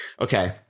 okay